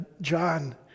John